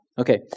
Okay